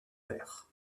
père